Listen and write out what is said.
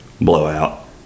blowout